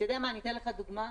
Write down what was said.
אני אתן לך את זה דוגמה.